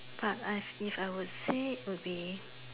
but I if I would say would be